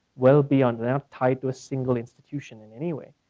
well beyond, they're not tied to a single institution in any way.